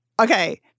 Okay